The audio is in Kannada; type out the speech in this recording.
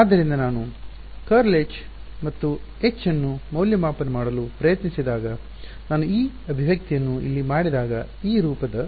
ಆದ್ದರಿಂದ ನಾನು ∇× H ಮತ್ತು H ಅನ್ನು ಮೌಲ್ಯಮಾಪನ ಮಾಡಲು ಪ್ರಯತ್ನಿಸಿದಾಗ ನಾನು ಈ ಅಭಿವ್ಯಕ್ತಿಯನ್ನು ಇಲ್ಲಿ ಮಾಡಿದಾಗ ಈ ರೂಪದ